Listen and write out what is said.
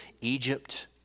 Egypt